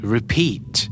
Repeat